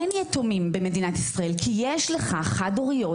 אין יתומים במדינת ישראל כי יש לך חד-הוריות